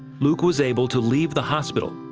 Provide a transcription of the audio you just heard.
luke was able to leave the hospital.